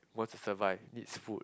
wants to survive needs food